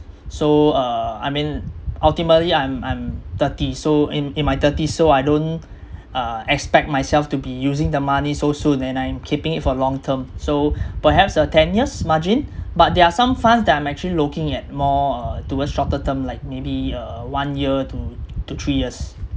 so uh I mean ultimately I'm I'm thirty so in in my thirties so I don't uh expect myself to be using the money so soon and I am keeping it for long term so perhaps a ten years margin but there are some funds that I'm actually looking at more uh towards shorter term like maybe uh one year to two three years